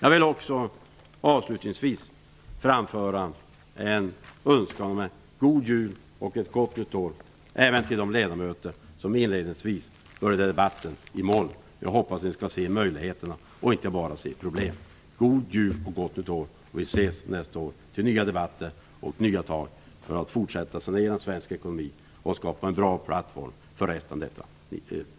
Avslutningsvis vill jag framföra en önskan om en god jul och ett gott nytt år, även till de ledamöter som inledde debatten i moll. Jag hoppas att de också skall se möjligheterna och inte bara problemen. Vi ses nästa år i nya debatter och tar nya tag för att fortsätta saneringen av svensk ekonomi och skapa en bra plattform för resten av detta sekel.